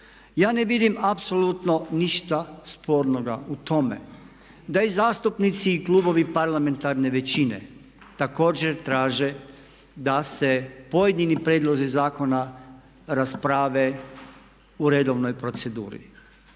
Ja ne vidim apsolutno ništa sporno u tome da i zastupnici i klubovi parlamentarne većine također traže da se pojedini prijedlozi zakona rasprave u redovnoj proceduri.